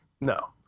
no